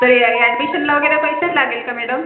तर या या ॲडमिशनला वगैरे पैसे लागेल का मॅडम